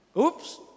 Oops